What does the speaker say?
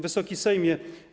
Wysoki Sejmie!